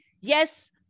yes